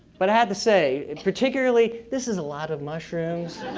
but i have to say, particularly, this is a lot of mushrooms.